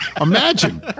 Imagine